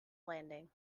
landing